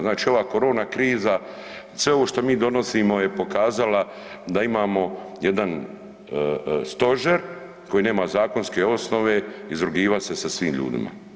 Znači, ova korona kriza, sve ovo što mi donosimo je pokazala da imamo jedan stožer koji nema zakonske osnove, izrugivat se sa svim ljudima.